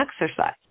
exercise